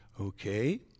Okay